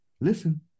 listen